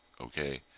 okay